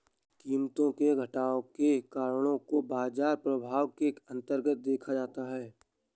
कीमतों में घटाव के कारणों को बाजार प्रभाव के अन्तर्गत देखा जाता है